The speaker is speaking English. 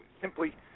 simply